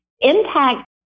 impact